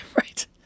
Right